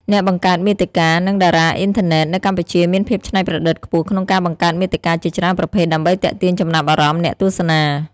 អ្នកបង្កើតមាតិកា និងតារាអុីនធឺណិតនៅកម្ពុជាមានភាពច្នៃប្រឌិតខ្ពស់ក្នុងការបង្កើតមាតិកាជាច្រើនប្រភេទដើម្បីទាក់ទាញចំណាប់អារម្មណ៍អ្នកទស្សនា។